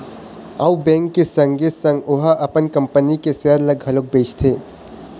अउ बेंक के संगे संग ओहा अपन कंपनी के सेयर ल घलोक बेचथे